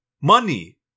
Money